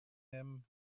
them